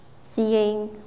seeing